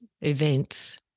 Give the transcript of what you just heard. events